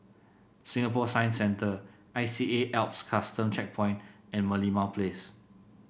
Singapore Science Centre I C A A L P S Custom Checkpoint and Merlimau Place